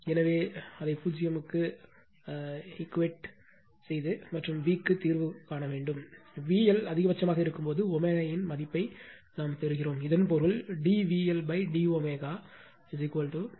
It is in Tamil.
எனவே 0 மற்றும் V க்கு தீர்வு காணுங்கள் VL அதிகபட்சமாக இருக்கும்போது ω இன் மதிப்பைப் பெறுகிறோம் இதன் பொருள் d VLd ω இது